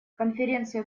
конференция